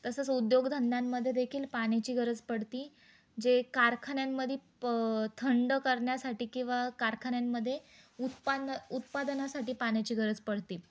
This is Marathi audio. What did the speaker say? तसंच उद्योगधंद्यांमध्ये देेखील पाण्याची गरज पडती जे कारखान्यांमध्ये प थंड करण्या्साठी किंवा कारखान्यांमध्ये उत्पान उत्पादनासाठी पाण्याची गरज पडते